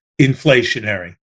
inflationary